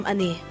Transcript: Ani